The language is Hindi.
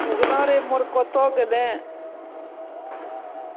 उगना रे मोर कत गेलय